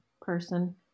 person